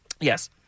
Yes